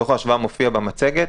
דוח ההשוואה מופיע במצגת.